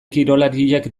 kirolariak